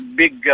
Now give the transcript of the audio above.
big